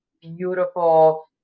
beautiful